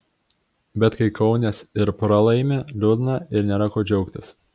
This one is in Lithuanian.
bet kai kaunies ir pralaimi liūdna ir nėra kuo džiaugtis